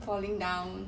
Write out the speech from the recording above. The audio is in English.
falling down